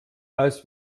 aus